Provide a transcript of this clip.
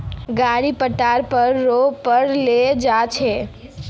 गाड़ी पट्टा रो पर ले जा छेक